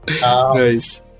Nice